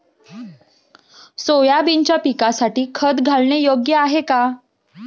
सोयाबीनच्या पिकासाठी खत घालणे योग्य आहे का?